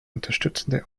unterstützende